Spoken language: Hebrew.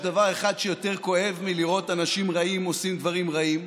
יש דבר אחד שיותר כואב מלראות אנשים רעים עושים דברים רעים,